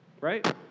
right